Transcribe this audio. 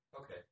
Okay